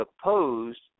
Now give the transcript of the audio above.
opposed